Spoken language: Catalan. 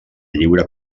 lliure